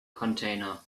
container